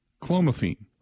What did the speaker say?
clomiphene